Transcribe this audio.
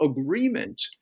agreement